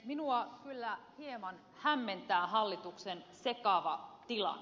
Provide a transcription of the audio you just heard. minua kyllä hieman hämmentää hallituksen sekava tilanne